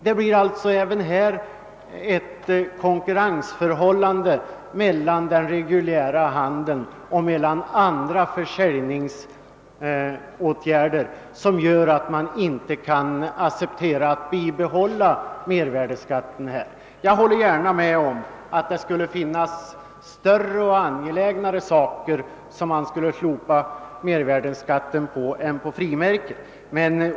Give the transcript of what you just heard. Det uppstår alltså även här ett konkurrensförhållande mellan den reguljära handeln och annan försäljning som gör att ett bibehållande av mervärdeskatten inte kan accepteras. Jag håller gärna med om att det finns större och angelägnare objekt än frimärken för vilka mervärdeskatten bör slopas.